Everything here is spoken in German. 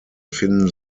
finden